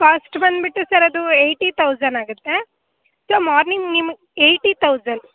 cost ಬಂದುಬಿಟ್ಟು sir ಅದು eighty thousand ಆಗುತ್ತೆ ಸೊ ಮಾರ್ನಿಂಗ್ ನಿಮಗೆ ಎಯ್ಟಿ ತೌಸನ್